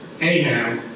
Anyhow